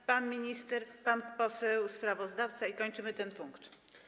A potem pan minister, pan poseł sprawozdawca i kończymy ten punkt.